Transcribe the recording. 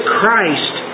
Christ